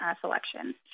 selection